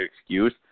excuse